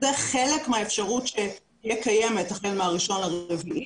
זה חלק מהאפשרות שתהיה קיימת החל מה-1.4.